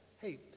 Hey